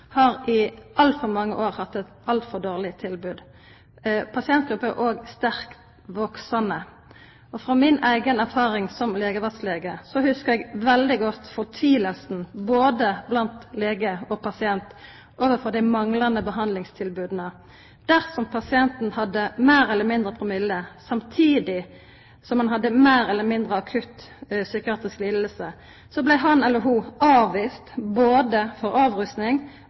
har i altfor mange år hatt et altfor dårlig tilbud. Pasientgruppen er også sterkt voksende. Fra min egen erfaring som legevaktslege husker jeg veldig godt fortvilelsen blant både leger og pasienter over de manglende behandlingstilbudene. Dersom pasienten hadde promille samtidig som han eller hun hadde en mer eller mindre akutt psykiatrisk lidelse, så ble han eller hun avvist både for